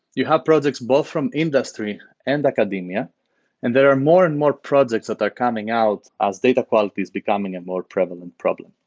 you have projects both from industry and academia and there are more and more projects that are coming out as data quality is becoming a more prevalent problem.